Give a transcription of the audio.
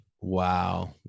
wow